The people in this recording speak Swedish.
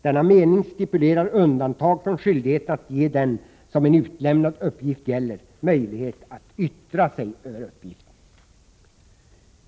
Denna mening stipulerar undantag från skyldigheten att ge den person, som en utlämnad uppgift gäller, möjlighet att yttra sig över uppgiften.